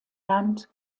land